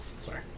Sorry